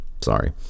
Sorry